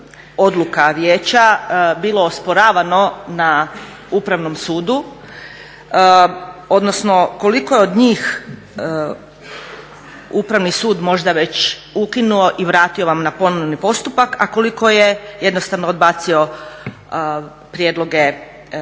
odluka vijeća bilo osporavano na Upravnom sudu? Odnosno koliko je od njih Upravni sud možda već ukinuo i vratio vam na ponovni postupak a koliko je jednostavno odbacio prijedloge žalitelja?